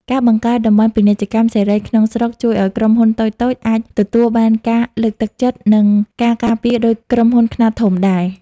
ការបង្កើត "តំបន់ពាណិជ្ជកម្មសេរីក្នុងស្រុក" ជួយឱ្យក្រុមហ៊ុនតូចៗអាចទទួលបានការលើកទឹកចិត្ត និងការការពារដូចក្រុមហ៊ុនខ្នាតធំដែរ។